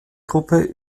gruppe